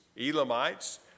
Elamites